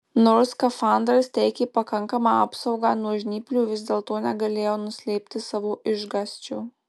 nors skafandras teikė pakankamą apsaugą nuo žnyplių vis dėlto negalėjau nuslėpti savo išgąsčio